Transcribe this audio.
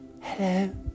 Hello